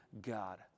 God